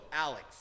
Alex